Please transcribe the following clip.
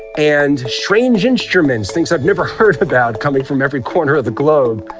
and strange instruments, things i've never heard about coming from every corner of the globe.